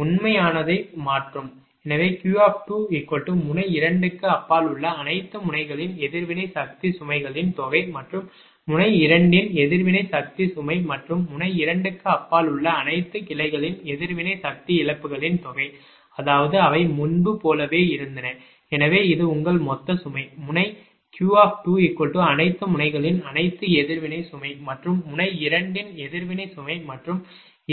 எனவே Q முனை 2 க்கு அப்பால் உள்ள அனைத்து முனைகளின் எதிர்வினை சக்தி சுமைகளின் தொகை மற்றும் முனை 2 இன் எதிர்வினை சக்தி சுமை மற்றும் முனை 2 க்கு அப்பால் உள்ள அனைத்து கிளைகளின் எதிர்வினை சக்தி இழப்புகளின் தொகை அதாவது அவை முன்பு போலவே இருந்தன எனவே இது உங்கள் மொத்த சுமை முனை Q2 அனைத்து முனைகளின் அனைத்து எதிர்வினை சுமை மற்றும் முனை 2 இன் எதிர்வினை சுமை மற்றும்